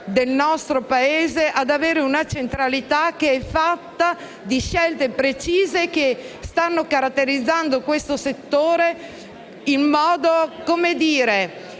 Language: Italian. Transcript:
del nostro Paese ad avere una sua centralità. Si tratta di scelte precise che stanno caratterizzando questo settore in modo innovativo